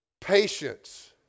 Patience